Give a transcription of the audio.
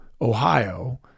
Ohio